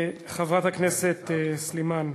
חברת הכנסת סלימאן,